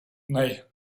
nej